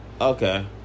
Okay